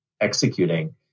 executing